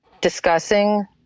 discussing